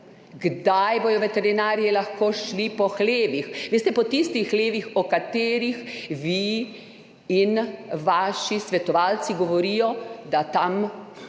kdaj bodo veterinarji lahko šli po hlevih. Veste, po tistih hlevih, o katerih vi in vaši svetovalci govorijo, da tam